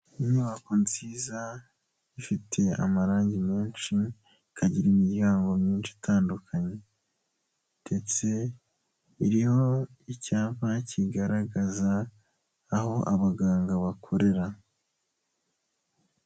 Inyubako nziza ifite amarangi menshi, ikagira imiryango myinshi itandukanye ndetse iriho icyapa kigaragaza aho abaganga bakorera.